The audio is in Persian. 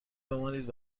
بمانید